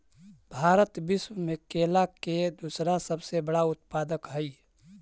भारत विश्व में केला के दूसरा सबसे बड़ा उत्पादक हई